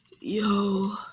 Yo